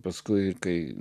paskui kai